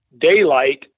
daylight